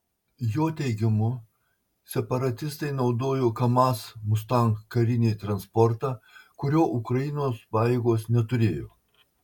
jo teigimu separatistai naudojo kamaz mustang karinį transportą kurio ukrainos pajėgos neturėjo